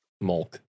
Milk